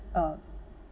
uh